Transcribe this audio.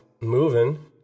moving